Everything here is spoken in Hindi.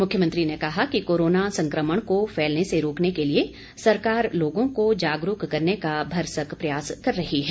मुख्यमंत्री ने कहा कि कोरोना संक्रमण को फैलने से रोकने के लिए सरकार लोगों को जागरूक करने का भरसक प्रयास कर रही है